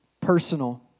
personal